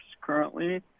currently